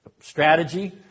strategy